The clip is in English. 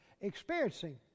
experiencing